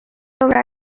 colour